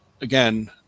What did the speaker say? again